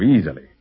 easily